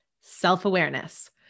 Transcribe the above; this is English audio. self-awareness